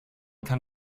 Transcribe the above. kann